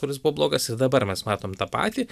kuris buvo blogas ir dabar mes matom tą patį